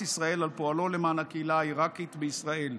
ישראל על פועלו למען הקהילה העיראקית בישראל,